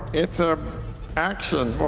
it's a action.